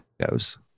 goes